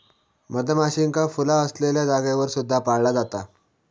मधमाशींका फुला असलेल्या जागेवर सुद्धा पाळला जाता